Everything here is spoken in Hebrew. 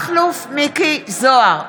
מכלוף מיקי זוהר,